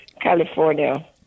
California